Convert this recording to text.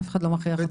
אף אחד לא מכריח אותך.